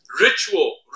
ritual